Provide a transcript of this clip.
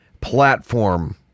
platform